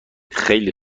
خیلی